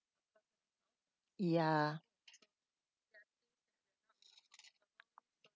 ya